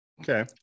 Okay